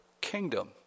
kingdom